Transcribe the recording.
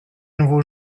nouveau